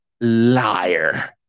liar